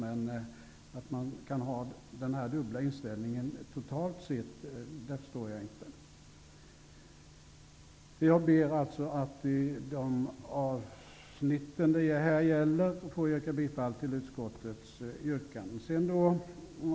Men att man kan ha denna dubbla inställning totalt sett förstår jag inte. Herr talman! I dessa avsnitt yrkar jag bifall till utskottets hemställan.